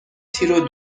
تیرو